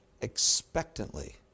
expectantly